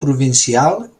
provincial